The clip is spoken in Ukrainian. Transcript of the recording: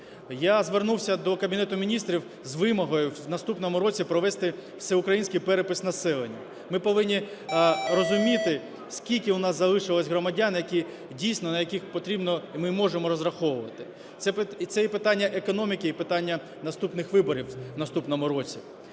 Я звернувся до Кабінету Міністрів з вимогою в наступному році провести всеукраїнський перепис населення. Ми повинні розуміти, скільки у нас залишилось громадян, дійсно на яких потрібно і ми можемо розраховувати. Це є питання економіки і питання наступних виборів в наступному році.